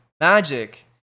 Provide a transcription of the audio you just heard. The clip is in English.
magic